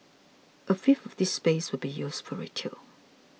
a fifth of this space will be used for retail